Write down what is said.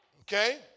Okay